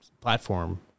platform